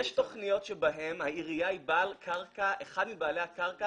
יש תכניות שבהן העירייה היא אחד מבעלי הקרקע.